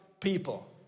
people